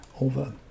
over